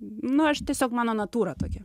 nu aš tiesiog mano natūra tokia